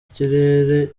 kirere